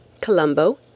Colombo